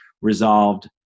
resolved